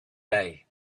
day